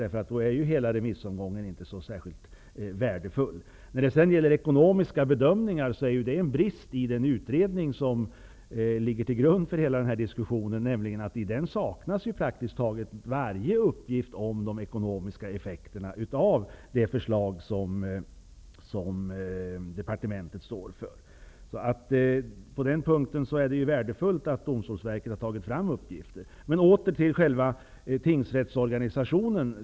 I så fall vore inte remissomgången särskilt värdefull. En brist i den utredning som ligger till grund för hela diskussionen är att praktiskt taget varje uppgift saknas om de ekonomiska effekterna av det förslag som departementet står bakom. Därför är det ju värdefullt att Domstolsverket har tagit fram uppgifter. Det måste ske en del förändringar i själva tingsrättsorganisationen.